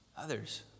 others